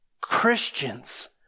Christians